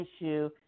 issue –